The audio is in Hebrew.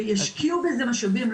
וישקיעו בזה משאבים,